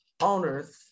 owners